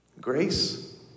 Grace